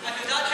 זה לא נכון.